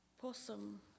possum